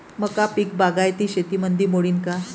मका पीक बागायती शेतीमंदी मोडीन का?